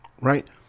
right